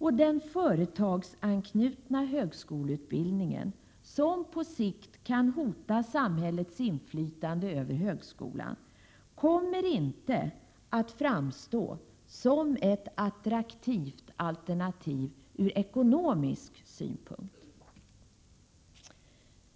e Den företagsanknutna högskoleutbildningen, som på sikt kan hota samhällets inflytande över högskolan, kommer inte att framstå som ett attraktivt alternativ ur ekonomisk synpunkt.